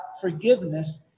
forgiveness